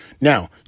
Now